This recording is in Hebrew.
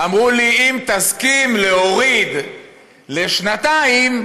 אמרו לי: אם תסכים להוריד לשנתיים,